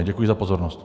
Děkuji za pozornost.